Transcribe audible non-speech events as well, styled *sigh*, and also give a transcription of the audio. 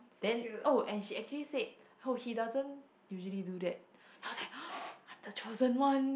then oh and she actually said oh he doesn't usually do that I was like *breath* I'm the chosen one